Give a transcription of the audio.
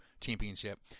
championship